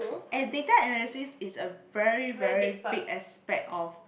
and data analysis is a very very big aspect of